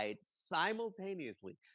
simultaneously